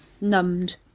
numbed